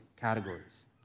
categories